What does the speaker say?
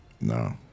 No